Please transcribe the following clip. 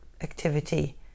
activity